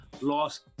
Lost